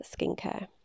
skincare